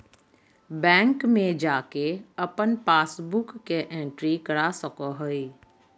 bank में जाके अपन पासबुक के एंट्री करा सको हइ